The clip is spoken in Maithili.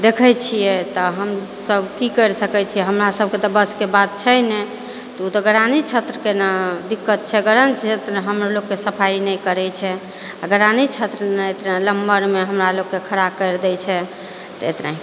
देखै छियै तऽ हमसब की करि सकै छियै हमरसबके तऽ वशके बात छै नहि तऽ उ तऽ ग्रामीण क्षेत्रके ने दिक्कत छै ग्रामीण क्षेत्र हमरलोगके सफाइ नहि करै छै आओर ग्रामीण क्षेत्र ने इतना नम्बरमे हमरालोगके खड़ा करि दै छै तऽ एतना ही